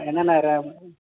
என்னென்ன ரேம்